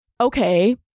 okay